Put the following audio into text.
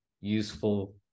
useful